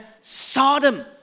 Sodom